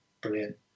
brilliant